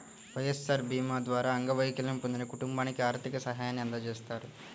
వైఎస్ఆర్ భీమా ద్వారా అంగవైకల్యం పొందిన కుటుంబానికి ఆర్థిక సాయాన్ని అందజేస్తారు